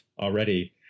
already